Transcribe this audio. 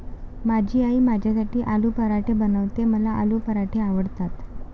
माझी आई माझ्यासाठी आलू पराठे बनवते, मला आलू पराठे आवडतात